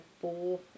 four